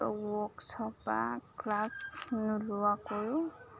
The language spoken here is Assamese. ৱৰ্কশ্বপ বা ক্লাছ নোলোৱাকৈও